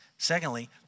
Secondly